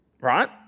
right